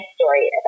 story